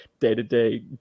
day-to-day